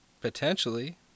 potentially